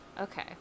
Okay